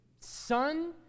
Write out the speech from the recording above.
son